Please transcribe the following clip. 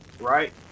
right